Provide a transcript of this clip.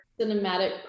cinematic